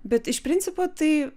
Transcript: bet iš principo tai